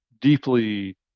deeply